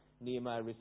Nehemiah